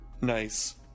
nice